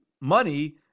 money